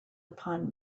upon